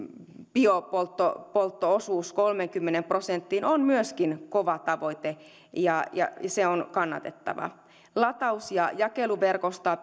biopolttoaineosuus kolmeenkymmeneen prosenttiin on myöskin kova tavoite ja ja se on kannatettava lataus ja jakeluverkostoa